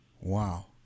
Wow